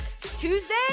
Tuesday